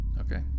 okay